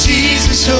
Jesus